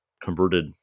converted